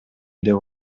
деп